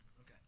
Okay